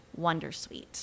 wondersuite